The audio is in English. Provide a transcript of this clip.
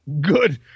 Good